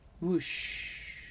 whoosh